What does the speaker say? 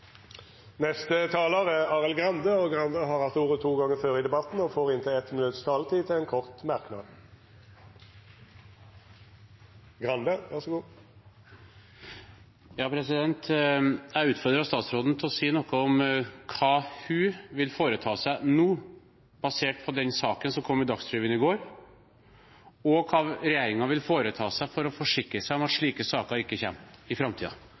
Arild Grande har hatt ordet to gonger tidlegare og får ordet til ein kort merknad, avgrensa til 1 minutt. Jeg utfordret statsråden til å si noe om hva hun vil foreta seg nå, basert på den saken som kom i Dagsrevyen i går, og hva regjeringen vil foreta seg for å forsikre seg om at slike saker ikke kommer i